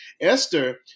Esther